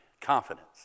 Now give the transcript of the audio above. confidence